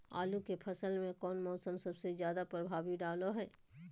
आलू के फसल में कौन मौसम सबसे ज्यादा प्रभाव डालो हय?